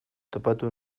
topatu